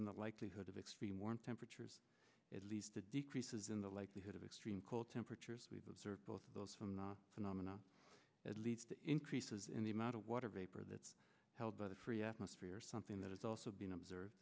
in the likelihood of extreme warm temperatures at least a decreases in the likelihood of extreme cold temperatures we've observed both of those from the phenomenon that leads to increases in the amount of water vapor that's held by the free atmosphere something that is also being observed